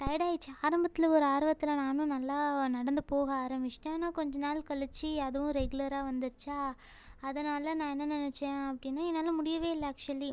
tired ஆகிடுச்சி ஆரம்பத்தில் ஒரு ஆர்வத்தில் நானும் நல்லா நடந்துப் போக ஆரம்பித்துட்டேன் ஆனால் கொஞ்ச நாள் கழித்து அதுவும் ரெகுலராக வந்துடுச்சா அதனால் நான் என்ன நினச்சேன் அப்படின்னா என்னால் முடியவே இல்லை ஆக்சுவலி